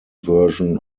version